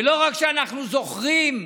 ולא רק שאנחנו זוכרים,